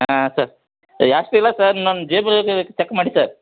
ಹಾಂ ಸರ್ ಎ ಅಷ್ಟು ಇಲ್ಲ ಸರ್ ನಮ್ಮ ಜೇಬಲ್ಲಿ ಚೆಕ್ ಮಾಡಿ ಸರ್